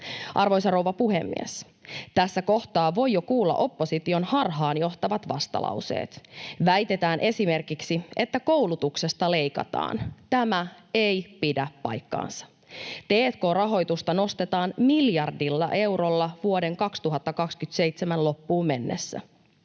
Arvoisa rouva puhemies! Tässä kohtaa voi jo kuulla opposition harhaanjohtavat vastalauseet. Väitetään esimerkiksi, että koulutuksesta leikataan. Tämä ei pidä paikkaansa. T&k-rahoitusta nostetaan miljardilla eurolla vuoden 2027 loppuun mennessä.